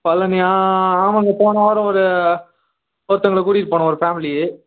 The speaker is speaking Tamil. பழனியா ஆமாம்ங்க போன வாரம் ஒரு ஒருத்தவங்களை கூட்டிகிட்டு போனோம் ஒரு ஃபேமிலி